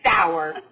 sour